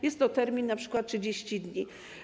Jest to termin np. 30 dni.